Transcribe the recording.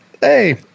Hey